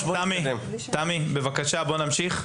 תמי, בבקשה, בואי נמשיך.